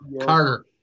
Carter